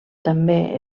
també